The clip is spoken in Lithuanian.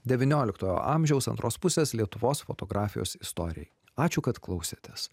devynioliktojo amžiaus antros pusės lietuvos fotografijos istorijai ačiū kad klausėtės